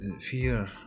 fear